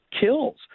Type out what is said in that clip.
kills